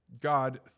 God